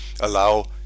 allow